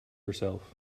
herself